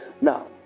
Now